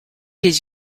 his